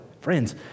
Friends